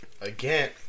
again